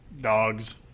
Dogs